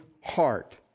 heart